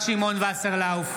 וסרלאוף,